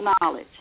knowledge